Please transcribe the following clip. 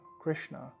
Krishna